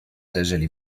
leżeli